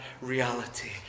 reality